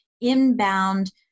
inbound